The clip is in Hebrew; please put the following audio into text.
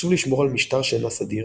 חשוב לשמור על משטר שינה סדיר,